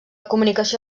comunicació